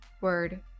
word